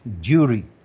jury